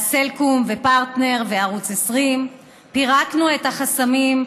ואז סלקום ופרטנר וערוץ 20. פירקנו את החסמים,